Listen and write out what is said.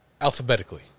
alphabetically